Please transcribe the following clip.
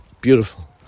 beautiful